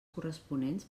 corresponents